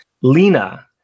Lena